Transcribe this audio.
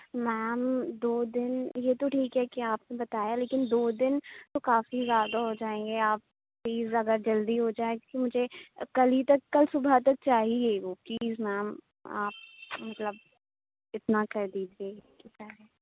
میم دو دِن یہ تو ٹھیک ہے کہ آپ نے بتایا لیکن دو دِن تو کافی زیادہ ہو جائیں گے آپ پلیز اگر جلدی ہو جائے کیوں کہ مجھے کل ہی تک کل صُبح تک چاہیے وہ پلیز میم آپ مطلب اتنا کر دیجیے ٹھیک ہے